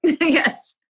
yes